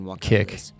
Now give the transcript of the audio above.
kick